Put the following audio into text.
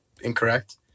incorrect